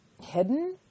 hidden